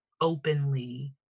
openly